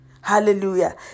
hallelujah